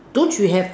don't you have